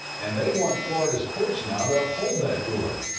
and they want florida's courts now to uphold that ruling.